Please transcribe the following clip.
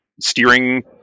steering